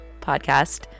podcast